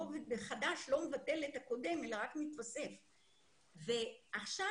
רובד חדש לא מבטל את הקודם אלא רק מתווסף עליו ועכשיו,